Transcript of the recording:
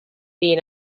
been